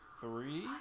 three